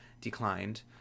declined